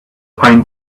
pine